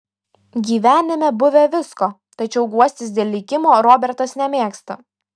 gyvenime buvę visko tačiau guostis dėl likimo robertas nemėgsta